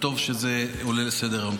וטוב שזה עולה לסדר-היום.